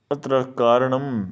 अत्र कारणं